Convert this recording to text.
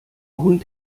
hund